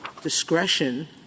discretion